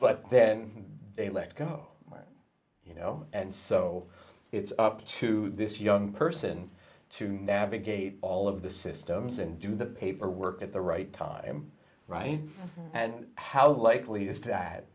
but then they let go you know and so it's up to this young person to navigate all of the systems and do the paperwork at the right time right and how likely is that